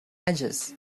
edges